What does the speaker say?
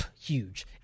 Huge